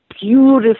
beautiful